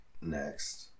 next